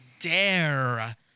dare